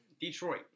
Detroit